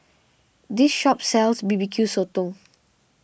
this shop sells B B Q Sotong